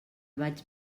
vaig